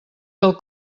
del